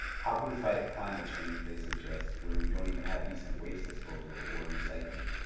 how can we fight climate change, they suggest, when we don't even have decent waste disposal or recycling?